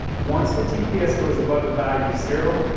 once the tps goes above the value of zero,